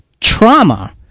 trauma